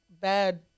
bad